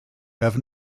have